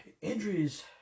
Injuries